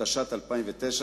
התשס"ט 2009,